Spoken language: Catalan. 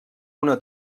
una